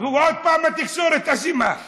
עוד פעם התקשורת אשמה.